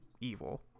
Evil